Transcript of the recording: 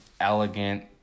elegant